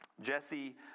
Jesse